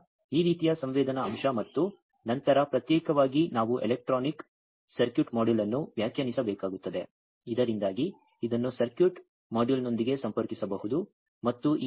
ಆದ್ದರಿಂದ ಈ ರೀತಿಯ ಸಂವೇದನಾ ಅಂಶ ಮತ್ತು ನಂತರ ಪ್ರತ್ಯೇಕವಾಗಿ ನಾವು ಎಲೆಕ್ಟ್ರಾನಿಕ್ ಸರ್ಕ್ಯೂಟ್ ಮಾಡ್ಯೂಲ್ ಅನ್ನು ವ್ಯಾಖ್ಯಾನಿಸಬೇಕಾಗುತ್ತದೆ ಇದರಿಂದಾಗಿ ಇದನ್ನು ಸರ್ಕ್ಯೂಟ್ ಮಾಡ್ಯೂಲ್ನೊಂದಿಗೆ ಸಂಪರ್ಕಿಸಬಹುದು